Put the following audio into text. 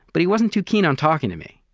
but he wasn't too keen on talking to me.